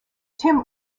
tim